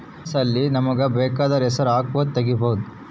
funds ಅಲ್ಲಿ ನಮಗ ಬೆಕಾದೊರ್ ಹೆಸರು ಹಕ್ಬೊದು ತೆಗಿಬೊದು